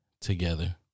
together